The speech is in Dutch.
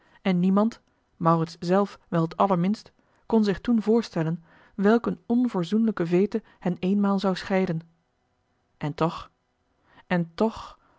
en niemand maurits zelf wel het allerminst kon zich toen voorstellen welke eene onverzoenlijke veete hen eenmaal zou scheiden en toch en toch